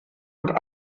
und